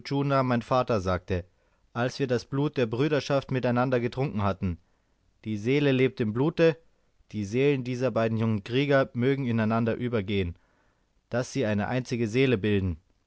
mein vater sagte als wir das blut der brüderschaft miteinander getrunken hatten die seele lebt im blute die seelen dieser beiden jungen krieger mögen ineinander übergehen daß sie eine einzige seele bilden